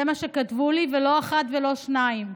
זה מה שכתבו לי, ולא אחד ולא שניים.